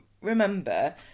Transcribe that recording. remember